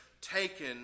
taken